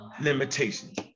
limitations